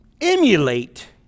emulate